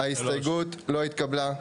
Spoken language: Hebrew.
0 ההסתייגות לא התקבלה.